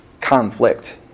Conflict